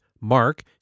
Mark